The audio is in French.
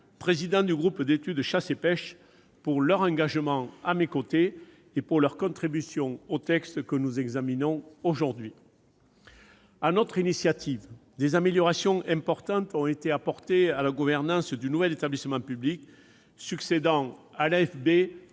président du groupe d'études « Chasse et pêche », de leur engagement à mes côtés et de leur contribution au texte que nous examinons aujourd'hui. Sur notre initiative, des améliorations importantes ont été apportées à la gouvernance du nouvel établissement public succédant à l'Agence